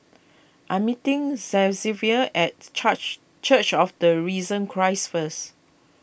I am meeting Xzavier at Church of the Risen Christ first